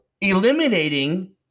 eliminating